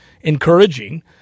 encouraging